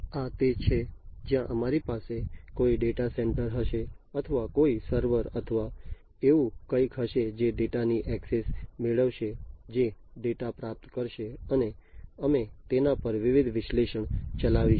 આ તે છે જ્યાં અમારી પાસે કોઈ ડેટા સેન્ટર હશે અથવા કોઈ સર્વર અથવા એવું કંઈક હશે જે ડેટાની ઍક્સેસ મેળવશે જે ડેટા પ્રાપ્ત કરશે અને અમે તેના પર વિવિધ વિશ્લેષણ ચલાવીશું